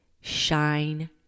Shine